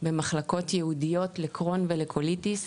במחלקות ייעודיות לקרוהן ולקוליטיס.